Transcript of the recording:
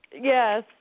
Yes